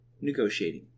negotiating